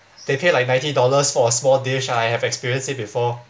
they pay like ninety dollars for a small dish I have experienced it before